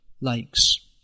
likes